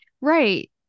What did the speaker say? right